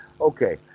Okay